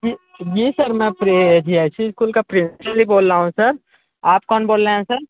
जी जी सर मैं G I C school का प्रिंसिपल ही बोल रहा हूँ सर आप कौन बोल रहे हैं सर